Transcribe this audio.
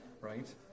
right